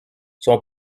son